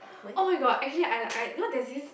[oh]-my-god actually I I you know there's this